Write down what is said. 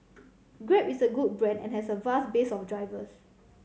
Grab is a good brand and has a vast base of drivers